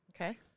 Okay